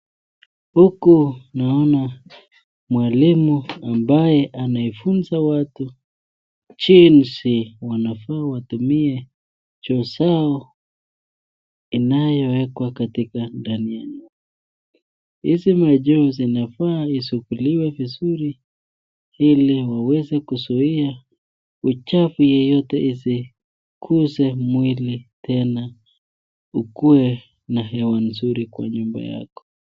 Huku naona mwalimu ambaye anafunza watu jinsi wanafaa watumie choo zao, inayowekwa katika ndani ya nyumba, hizi machoo zinafaa isuguliwe vizuri, ili waweze kuzuia uchafu yeyote isiguze mwili tena, ukuwe na hewa nzuri kwa nyumba yako.